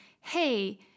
hey